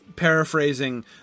paraphrasing